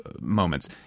moments